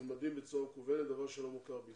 נלמדים בצורה מקוונת, דבר שלא מוכר בישראל.